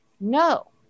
no